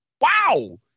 wow